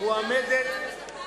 אתה יודע מה קרה בדקה האחרונה?